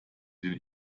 den